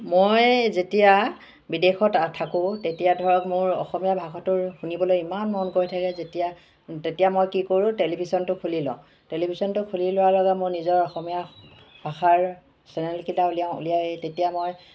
মই যেতিয়া বিদেশত থাকোঁ তেতিয়া ধৰক মোৰ অসমীয়া ভাষাটোৰ শুনিবলৈ ইমান মন গৈ থাকে যেতিয়া তেতিয়া মই কি কৰোঁ টেলিভিশ্যনটো খুলি লওঁ টেলিভিশ্যনটো খুলি লোৱাৰ বাবে মোৰ নিজৰ অসমীয়া ভাষাৰ চেনেলকেইটা উলিয়াওঁ উলিয়াই তেতিয়া মই